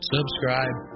Subscribe